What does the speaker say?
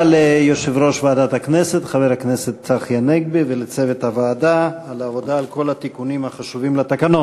במקום חבר הכנסת יצחק הרצוג יכהן חבר הכנסת איתן כבל.